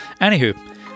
Anywho